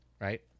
right